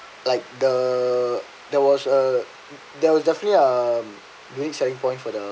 like the there was a there was definitely a unique selling point for the